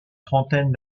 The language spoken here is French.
trentaine